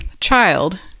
child